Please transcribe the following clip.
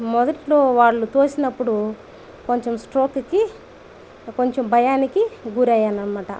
మొదట్లో వాళ్ళు తోసినప్పుడు కొంచెం స్ట్రోక్ కి కొంచెం భయానికి గురయ్యాను అనమాట